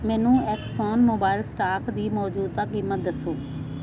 ਮੈਨੂੰ Exxon Mobil stock ਦੀ ਮੌਜੂਦਾ ਕੀਮਤ ਦੱਸੋ